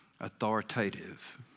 authoritative